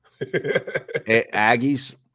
Aggies